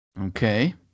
Okay